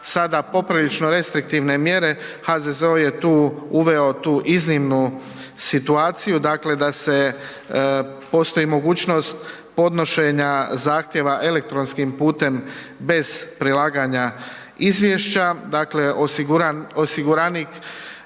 sada poprilično restriktivne mjere HZZO je tu iznimnu situaciju, dakle da se postoji mogućnost podnošenja zahtjeva elektronskim putem bez prilaganja izvješća, dakle osiguranik